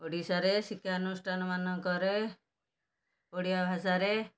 ଓଡ଼ିଶାରେ ଶିକ୍ଷାନୁଷ୍ଠାନ ମାନଙ୍କରେ ଓଡ଼ିଆ ଭାଷାରେ